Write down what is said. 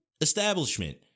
establishment